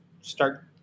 start